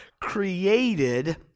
created